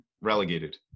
Relegated